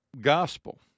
gospel